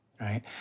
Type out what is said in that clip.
right